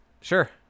Sure